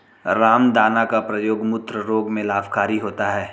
रामदाना का प्रयोग मूत्र रोग में लाभकारी होता है